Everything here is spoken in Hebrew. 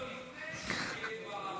אם היית שואל אותו לפני שהוא התחיל את דבריו,